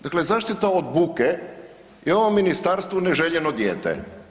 Dakle, zaštita od buke je ovom ministarstvu neželjeno dijete.